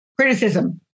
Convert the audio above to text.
Criticism